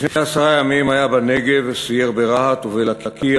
לפני עשרה ימים הוא היה בנגב וסייר ברהט ובלקיה